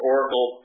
Oracle